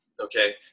okay